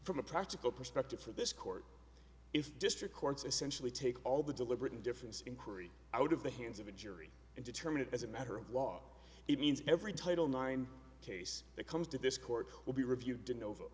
from a practical perspective for this court if district courts essentially take all the deliberate indifference inquiry out of the hands of a jury and determine it as a matter of law it means every title nine case that comes to this court will be reviewed in over